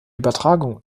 übertragung